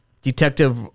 Detective